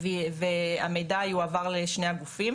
והמידע יועבר לשני הגופים